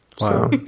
Wow